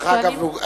דרך אגב,